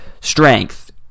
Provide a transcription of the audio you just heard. strength